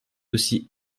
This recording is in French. aussi